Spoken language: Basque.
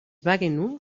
bagenu